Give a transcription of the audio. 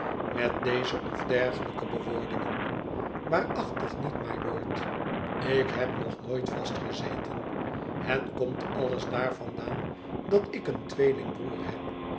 met deze of dergelijke bewoordingen waarachtig niet mylord lk heb nog nooit vastgezeten het komt alles daarvandaan dat ik een tweelingbroer heb